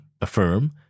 Affirm